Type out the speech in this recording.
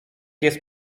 jest